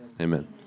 Amen